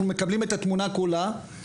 אנחנו מקבלים את התמונה כולה.